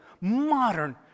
modern